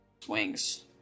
swings